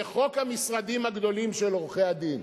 זה חוק המשרדים הגדולים של עורכי-הדין.